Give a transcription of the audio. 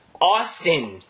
Austin